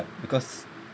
because